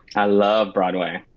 i love broadway.